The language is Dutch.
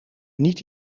niet